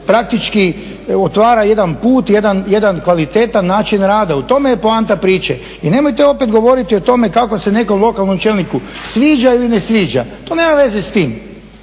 praktički otvara jedan put, jedan kvalitetan način rada. U tome je poanta priče. I nemojte opet govoriti o tome kako se nekom lokalnom čelniku sviđa ili ne sviđa, to nema veze s tim.